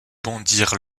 bondir